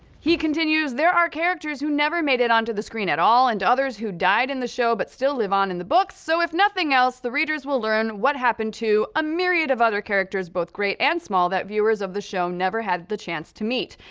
he continues, there are characters who never made it onto the screen at all and others who died in the show but still live on in the books, so if nothing else, the readers will learn what happened to a myriad of other characters, both great and small that viewers of the show never had the chance to meet.